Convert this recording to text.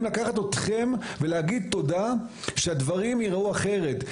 לקחת אתכם ולהגיד תודה שהדברים ייראו אחרת,